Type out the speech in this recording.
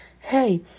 hey